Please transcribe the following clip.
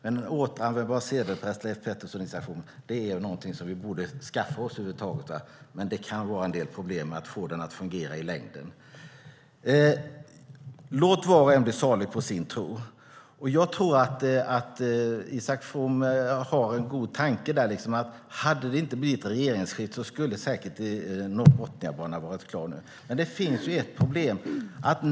En återanvändbar sedelpress, Leif Pettersson och Isak From, är någonting som vi borde skaffa oss, men det kan vara en del problem med att få den att fungera i längden. Låt var och en bli salig på sin tro. Isak From har nog en god tanke: Hade det inte blivit regeringsskifte skulle säkert Norrbotniabanan ha varit klar nu. Men det finns ett problem.